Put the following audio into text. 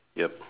yup